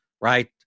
right